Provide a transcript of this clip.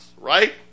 right